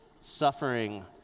suffering